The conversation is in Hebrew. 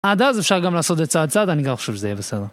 עד אז אפשר גם לעשות את זה צעד צעד, אני גם חושב שזה יהיה בסדר.